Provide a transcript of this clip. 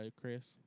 Chris